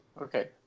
Okay